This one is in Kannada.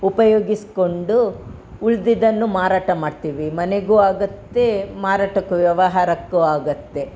ಉಪಯೋಗಿಸಿಕೊಂಡು ಉಳಿದಿದ್ದನ್ನು ಮಾರಾಟ ಮಾಡ್ತೀವಿ ಮನೆಗೂ ಆಗುತ್ತೆ ಮಾರಾಟಕ್ಕೂ ವ್ಯವಹಾರಕ್ಕೂ ಆಗುತ್ತೆ